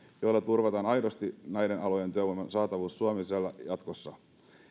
joilla turvataan aidosti näiden alojen työvoiman saatavuus suomen sisältä jatkossa